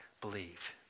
believe